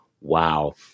Wow